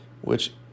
which